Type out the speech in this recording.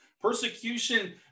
Persecution